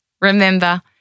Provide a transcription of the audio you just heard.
Remember